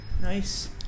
nice